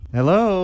Hello